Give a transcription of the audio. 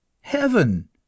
Heaven